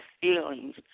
feelings